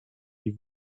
die